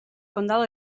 condado